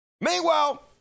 meanwhile